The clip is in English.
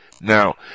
Now